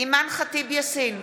אימאן ח'טיב יאסין,